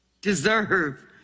deserve